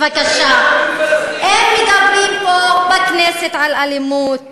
אם מדברים פה בכנסת על אלימות,